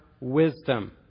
wisdom